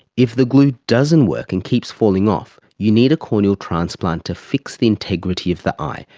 if the glue doesn't work and keeps falling off, you need a corneal transplant to fix the integrity of the eye,